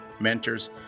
mentors